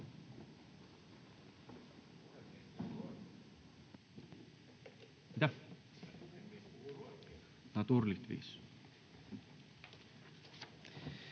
Kiitos.